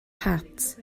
het